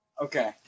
Okay